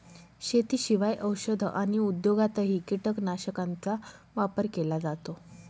शेतीशिवाय औषध आणि उद्योगातही कीटकनाशकांचा वापर केला जातो